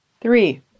Three